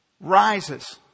rises